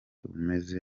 umeze